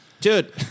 Dude